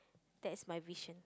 that's my vision